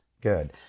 good